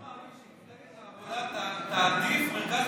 אני לא מאמין שמפלגת העבודה תעדיף מרכז מסחרי על פני הנכים.